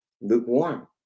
lukewarm